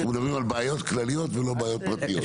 אנחנו מדברים על בעיות כלליות ולא על בעיות פרטיות.